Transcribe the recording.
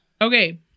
Okay